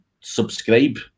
subscribe